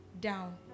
down